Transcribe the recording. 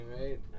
right